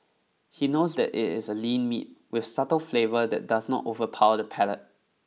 he knows that it is a lean meat with subtle flavour that does not overpower the palate